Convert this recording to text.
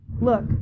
look